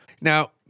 Now